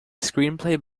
screenplay